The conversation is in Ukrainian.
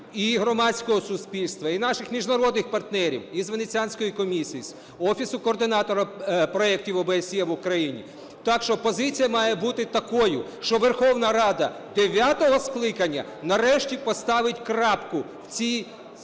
і громадського суспільства, і наших міжнародних партнерів із Венеціанської комісії, з Офісу координатора проектів ОБСЄ в Україні. Так що позиція має бути такою, що Верховна Рада дев'ятого скликання нарешті поставить крапку в цій сазі